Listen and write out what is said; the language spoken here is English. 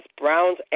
Browns